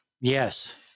Yes